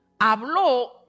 habló